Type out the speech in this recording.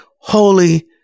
Holy